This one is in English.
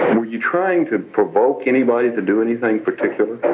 were you trying to provoke anybody to do anything particular?